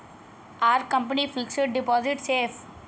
Are company fixed deposit safe?